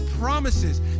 promises